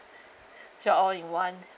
all in one